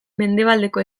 mendebaldeko